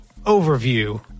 overview